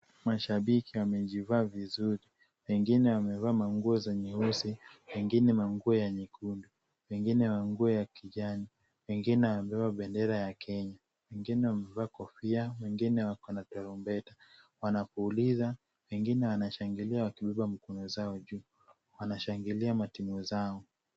Mashabiki wamejivaa vizuri, wengine wamevaa manguo za nyeusi, wengine manguo ya nyekundu, wengine manguo ya kijani, wengine wamebeba bendera ya Kenya, wengine wamevaa kofia, wengine wako na tarumbeta wanapuliza, wengine wanashangilia wakibeba mikono zao juu. Wanashangilia matimu zao.